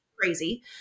crazy